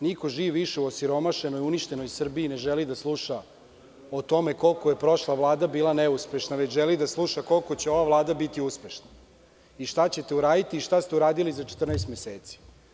Niko živ više u osiromašenoj i uništenoj Srbiji ne želi da sluša o tome koliko je prošla Vlada bila neuspešna, već želi da sluša koliko će ova Vlada biti uspešna i šta ćete uraditi i šta ste uradili za 14 meseci.